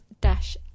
dash